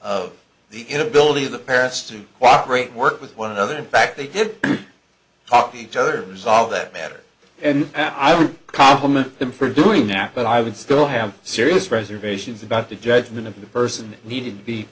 of the inability of the parents to cooperate work with one another in fact they did talk to each other to solve that matter and i would compliment them for doing that but i would still have serious reservations about the judgment of the person that needed to be